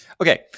Okay